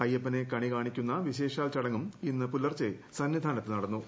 അയ്യപ്പനെ കണി കാണിക്കുന്ന വിശേഷാൽ ചടങ്ങും ഇന്നു പുലർച്ചെ സന്നിധാനത്തു നടന്നു